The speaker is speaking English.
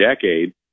decade